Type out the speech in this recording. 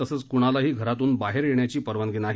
तसेच कुणालाही घरातून बाहेर येण्याची परवानगी नाही